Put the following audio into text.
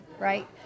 right